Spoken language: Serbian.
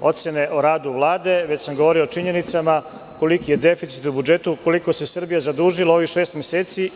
ocene o radu Vlade, već sam govorio o činjenicama koliki je deficit u budžetu, koliko se Srbija zadužila u ovih šest meseci.